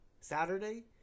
Saturday